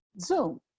Zoom